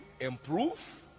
improve